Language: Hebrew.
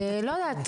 לא יודעת.